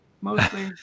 Mostly